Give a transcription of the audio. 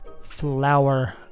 Flower